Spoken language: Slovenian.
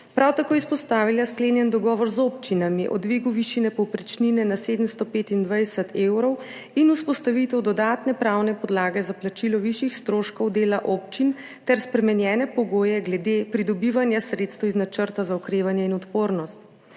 Prav tako je izpostavila sklenjen dogovor z občinami o dvigu višine povprečnine na 725 evrov in vzpostavitev dodatne pravne podlage za plačilo višjih stroškov dela občin ter spremenjene pogoje glede pridobivanja sredstev iz Načrta za okrevanje in odpornost.